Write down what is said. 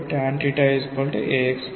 Hb1tanaxg